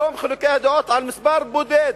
היום חילוקי הדעות על מספר בודד,